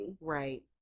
Right